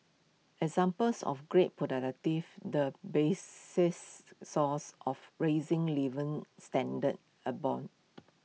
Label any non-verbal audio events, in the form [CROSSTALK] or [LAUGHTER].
examples of greater [UNINTELLIGIBLE] the bases source of rising living standards abound